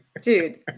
Dude